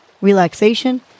relaxation